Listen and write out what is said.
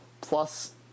plus